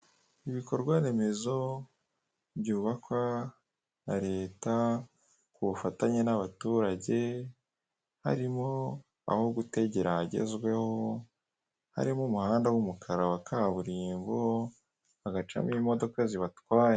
Ibikorwaremezo byubakwa na Leta ku bufatanye n'abaturage harimo aho gutegera hagezweho, harimo umuhanda w'umukara wa kaburimbo hagacamo imodoka zibatwaye.